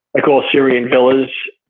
like all syrian villas,